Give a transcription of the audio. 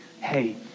hey